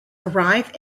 arrive